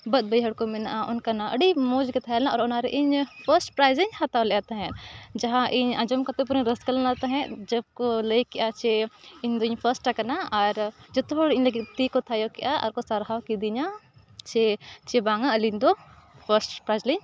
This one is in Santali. ᱵᱟᱹᱫᱽ ᱵᱟᱹᱭᱦᱟᱹᱲ ᱠᱚ ᱢᱮᱱᱟᱜᱼᱟ ᱚᱱᱠᱟᱱᱟᱜ ᱟᱹᱰᱤ ᱢᱚᱡᱽ ᱜᱮ ᱛᱟᱦᱮᱸ ᱞᱮᱱᱟ ᱟᱨ ᱚᱱᱟ ᱨᱮ ᱤᱧ ᱯᱷᱟᱥᱴ ᱯᱨᱟᱭᱤᱡᱽ ᱤᱧ ᱦᱟᱛᱟᱣ ᱞᱮᱜᱼᱟ ᱛᱟᱦᱮᱸᱫ ᱡᱟᱦᱟᱸ ᱤᱧ ᱟᱸᱡᱚᱢ ᱠᱟᱛᱮ ᱯᱩᱨᱟᱹᱧ ᱨᱟᱹᱥᱠᱟᱹ ᱞᱮᱱᱟ ᱛᱟᱦᱮᱸᱫ ᱡᱚᱵᱽ ᱠᱚ ᱞᱟᱹᱭ ᱠᱮᱜᱼᱟ ᱡᱮ ᱤᱧ ᱫᱩᱧ ᱯᱷᱟᱥᱴ ᱟᱠᱟᱱᱟ ᱟᱨ ᱡᱚᱛᱚ ᱦᱚᱲ ᱤᱧ ᱞᱟᱹᱜᱤᱫ ᱛᱤ ᱠᱚ ᱛᱷᱟᱭᱳ ᱠᱮᱜᱼᱟ ᱟᱨ ᱠᱚ ᱥᱟᱨᱦᱟᱣ ᱠᱤᱫᱤᱧᱟ ᱥᱮ ᱪᱮ ᱵᱟᱝᱟ ᱟᱹᱞᱤᱧ ᱫᱚ ᱯᱷᱟᱥᱴ ᱯᱨᱟᱭᱤᱡᱽ ᱞᱤᱧ